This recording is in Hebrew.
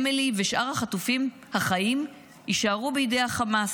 אמילי ושאר החטופים החיים יישארו בידי החמאס.